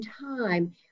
time